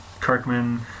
Kirkman